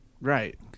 Right